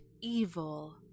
Evil